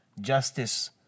justice